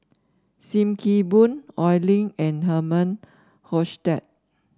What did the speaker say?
Sim Kee Boon Oi Lin and Herman Hochstadt